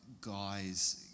guys